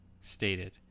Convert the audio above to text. stated